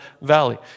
Valley